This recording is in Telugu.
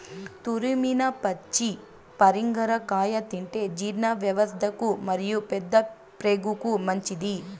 తురిమిన పచ్చి పరింగర కాయ తింటే జీర్ణవ్యవస్థకు మరియు పెద్దప్రేగుకు మంచిది